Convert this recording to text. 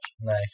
No